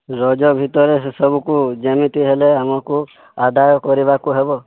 ରଜ ଭିତର ସେସବୁ କୁ ଯେମିତି ହେଲେ ଆମକୁ ଆଦାୟ କରିବାକୁ ହେବ